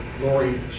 Lori